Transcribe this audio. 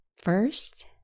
First